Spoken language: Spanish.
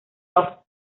offs